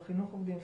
על חינוך עובדים,